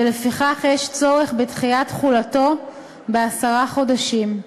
ולפיכך יש צורך בדחיית תחילתו בעשרה חודשים.